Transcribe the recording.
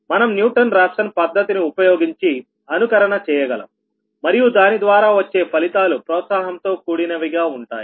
మనం Newton Raphson పద్ధతిని ఉపయోగించి అనుకరణ చేయగలం మరియు దాని ద్వారా వచ్చే ఫలితాలు ప్రోత్సాహకరం గా ఉంటాయి